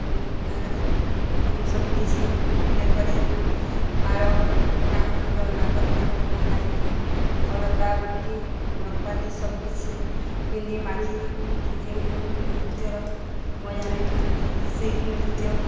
ପିନ୍ଧି ପୁନ୍ଧା କରି ଯେନ୍ ସବୁ କିଛି ବେକରେ ହାର କାନଫୁଲ ନାକରେ ନାକ ଗୁଣା ନାଇକି ଅଳତା ଉଳତି ନଖପାଲିସ୍ ସବୁକିଛି ପିନ୍ଧି ମାଖିକି ଯେଉଁ ନୃତ୍ୟର ମଜା ନେଇଥାନ୍ତି ସେହି ନୃତ୍ୟ